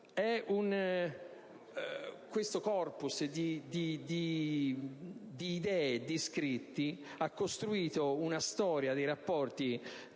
Questo *corpus* di idee e di scritti ha costruito una storia dei rapporti